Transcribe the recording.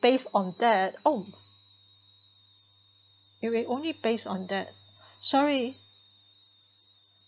based on that oh it will only based on that sorry